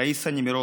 ראיסה נמירובסקי,